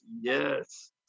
yes